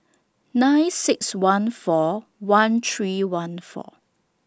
nine six one four one three one four